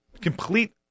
complete